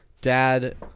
dad